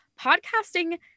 Podcasting